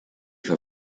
für